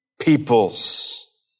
peoples